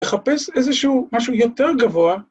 ‫לחפש איזשהו, משהו יותר גבוה.